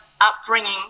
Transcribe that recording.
upbringing